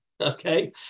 okay